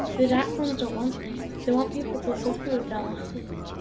the dark ones don't want this. they want people to suffer with their losses.